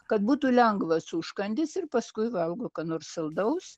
kad būtų lengvas užkandis ir paskui valgo ką nors saldaus